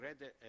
read